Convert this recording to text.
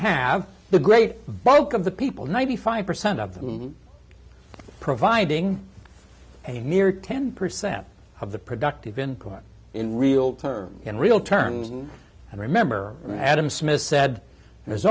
have the great bulk of the people ninety five percent of them providing a mere ten percent of the productive in court in real terms in real terms and remember adam smith said there's